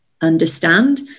understand